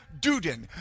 Duden